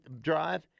drive